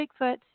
Bigfoot